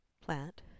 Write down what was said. plant